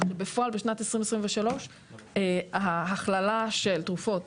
כך שבפועל בשנת 2023 ההכללה של תרופות